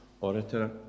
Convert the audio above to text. orator